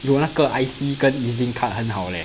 有那个 I_C 跟 E_Z_LINK card 很好 leh